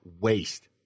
waste